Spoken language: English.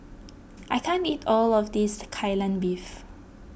I can't eat all of this Kai Lan Beef